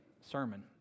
sermon